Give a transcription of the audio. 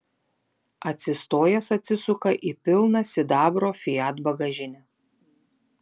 atsistojęs atsisuka į pilną sidabro fiat bagažinę